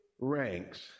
ranks